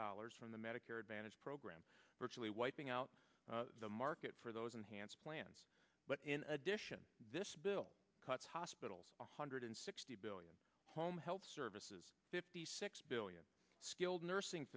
dollars from the medicare advantage program virtually wiping out the market for those enhanced plans but in addition this bill cuts hospitals one hundred sixty billion home health services fifty six billion skilled nursing